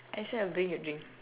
I say I bring you drink